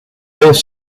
both